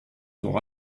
temps